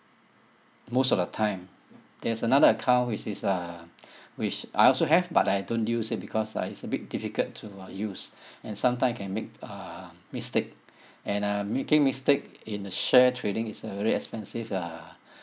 most of the time there's another account which is uh which I also have but I don't use it because uh it's a bit difficult to uh use and sometime can make uh mistake and uh making mistake in a share trading is a very expensive uh